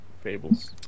Fables